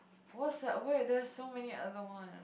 what's that wait there are so many other one